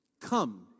Come